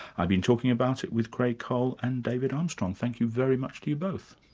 i've been talking about it with creagh cole and david armstrong. thank you very much to you both.